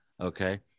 Okay